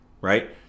right